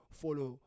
follow